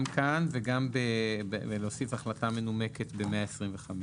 גם כאן וגם להוסיף החלטה מנומקת ב-125.